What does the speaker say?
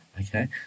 okay